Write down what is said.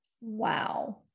Wow